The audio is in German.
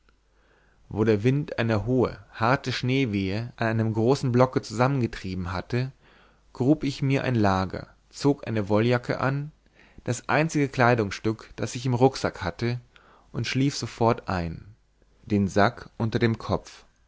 wo der wind eine hohe harte schneewehe an einem großen blocke zusammengetrieben hatte grub ich mir ein lager zog eine wolljacke an das einzige kleidungsstück das ich im rucksack hatte und schlief sofort ein den sack unter dem kopf